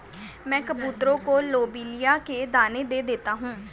मैं कबूतरों को लोबिया के दाने दे देता हूं